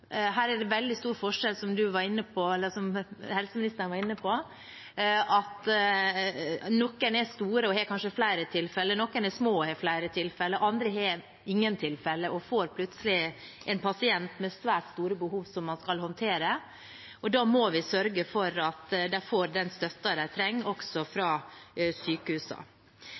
Her er det veldig stor forskjell, som helseministeren var inne på. Noen er store og har kanskje flere tilfeller, noen er små og har flere tilfeller, mens andre har ingen tilfeller og får plutselig en pasient med svært store behov man skal håndtere. Da må vi sørge for at de får den støtten de trenger, også fra sykehusene.